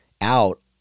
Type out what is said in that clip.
out